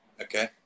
okay